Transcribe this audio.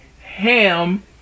ham